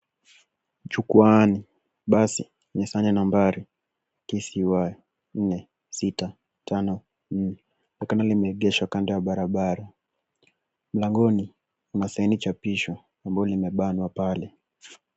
Jukwaani basi lenye sanya nambari KCY 4654 na kama limeegeshwa kando ya barabara. Mlangoni kuna saini chapisho ambalo limebanwa pale.